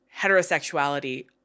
heterosexuality